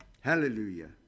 Hallelujah